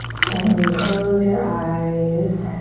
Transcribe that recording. gently close your eyes.